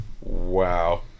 Wow